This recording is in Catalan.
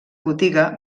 botiga